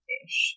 ish